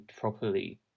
properly